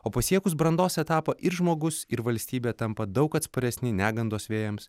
o pasiekus brandos etapą ir žmogus ir valstybė tampa daug atsparesni negandos vėjams